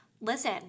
listen